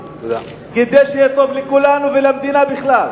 כדי שיהיה טוב לכולנו ולמדינה בכלל,